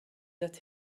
that